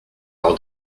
leur